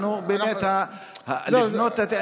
באמת העניין הוא לבנות את,